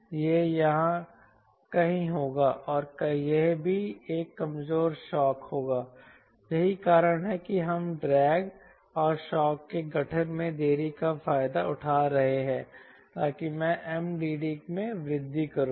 यह यहां कहीं होगा और यह भी एक कमजोर शौक होगा यही कारण है कि हम कम ड्रैग और शौक के गठन में देरी का फायदा उठा रहे हैं ताकि मैं MDD में वृद्धि करूं